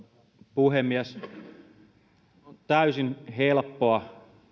puhemies on täysin helppoa